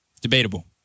Debatable